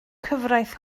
cyfraith